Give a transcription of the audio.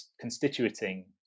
constituting